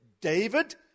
David